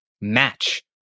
match